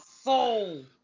soul